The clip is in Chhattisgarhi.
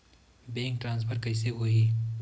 बैंक ट्रान्सफर कइसे होही?